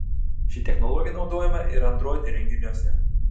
ši technologija naudojama ir android įrenginiuose